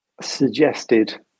suggested